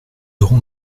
aurons